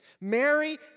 Mary